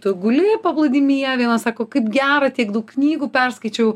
tu guli paplūdimyje vienas sako kaip gera tiek daug knygų perskaičiau